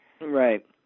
Right